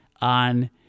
on